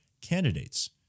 candidates